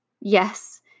Yes